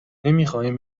نمیخواهیم